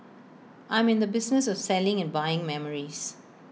I'm in the business of selling and buying memories